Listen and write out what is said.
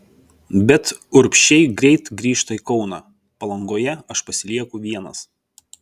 bet urbšiai greit grįžta į kauną palangoje aš pasilieku vienas